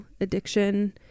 addiction